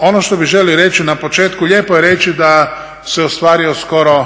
ono što bih želio reći na početku, lijepo je reći da se ostvario skoro